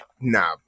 Nah